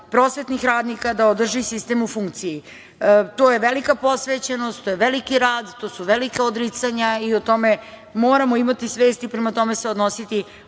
prosvetnih radnika, da održi sistem u funkciji. To je velika posvećenost, to je veliki rad, to su velika odricanja i o tome moramo imati svest i prema tome se odnositi,